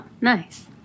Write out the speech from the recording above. nice